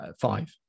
five